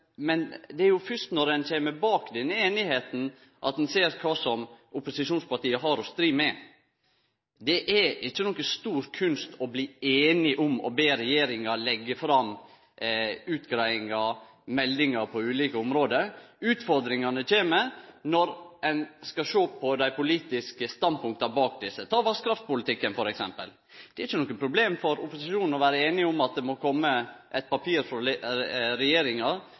men det er fyrst når ein kjem bak denne semja, at ein ser kva opposisjonspartia har å stri med. Det er ikkje nokon stor kunst å bli einige om å be regjeringa leggje fram utgreiingar og meldingar på ulike område. Utfordringane kjem når ein skal sjå på dei politiske standpunkta bak desse. Ta t.d. vassdragspolitikken, det er ikkje noko problem for opposisjonen å vere einig om at det må kome eit papir frå regjeringa